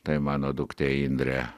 tai mano duktė indrė